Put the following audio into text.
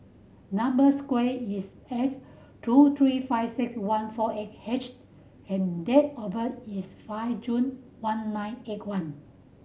number square is S two three five six one four eight H and date of birth is five June one nine eight one